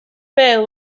bêl